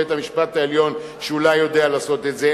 בית-המשפט העליון שאולי יודע לעשות את זה,